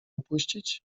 opuścić